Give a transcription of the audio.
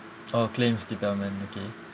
oh claims department okay